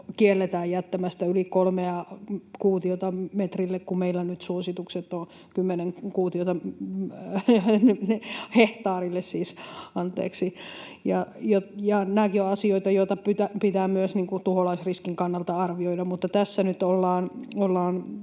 kielletään jättämästä yli kolmea kuutiota hehtaarille, kun meillä suositukset ovat nyt kymmenen kuutiota hehtaarille. Nämäkin ovat asioita, joita pitää myös tuholaisriskin kannalta arvioida, mutta tässä nyt ollaan